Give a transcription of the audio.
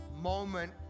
moment